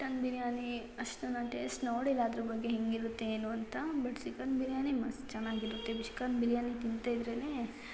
mutton biryani ಅಷ್ಟು ನಾನು taste ನೋಡಿಲ್ಲ ಅದ್ರ ಬಗ್ಗೆ ಹೇಗಿರುತ್ತೆ ಏನು ಅಂತ ಬಟ್ ಚಿಕನ್ ಬಿರಿಯಾನಿ ಮಸ್ತ್ ಚೆನ್ನಾಗಿರುತ್ತೆ ಚಿಕನ್ ಬಿರಿಯಾನಿ ತಿಂತಾ ಇದ್ರೇ